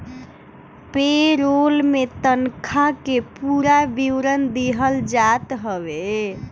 पे role में तनखा के पूरा विवरण दिहल जात हवे